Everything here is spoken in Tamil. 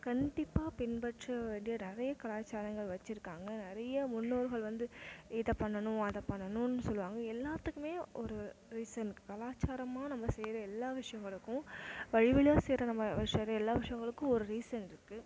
கண்டிப்பாக பின்பற்ற வேண்டிய நிறைய கலாச்சாரங்கள் வச்சிருக்காங்க நிறைய முன்னோர்கள் வந்து இதை பண்ணணும் அதை பண்ணணுன்னு சொல்வாங்க எல்லாத்துக்குமே ஒரு ரீசன் கலாச்சாரமாக நம்ம செய்கிற எல்லாம் விஷயங்களுக்கும் வழிவில எல்லாம் விஷயங்களுக்கும் ஒரு ரீசன்ருக்குது